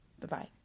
Bye-bye